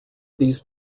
these